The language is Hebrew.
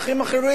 למשל,